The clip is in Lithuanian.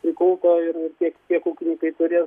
prikulta ir kiek kiek ūkininkai turės